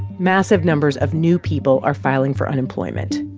massive numbers of new people are filing for unemployment.